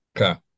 Okay